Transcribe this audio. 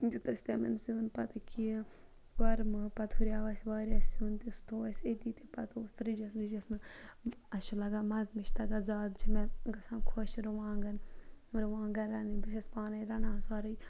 دیُت اَسہِ تِمَن سِیُن پَتہٕ یکیاہ یہِ کۄرمہٕ پَتہٕ ہُریو اَسہِ واریاہ سیُن تہٕ سُہ تھوو اَسہِ أتِی فرجَس وِجَس مَنٛز اَسہِ چھُ لَگان مَزٕ مےٚ چھُ تَگان زیادٕ چھُ مےٚ خۄش گَژھان رُوانٛگَن رُوانٛگَن رَنٕنۍ بہٕ چھَس پانے رَنان سورُے